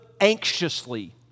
anxiously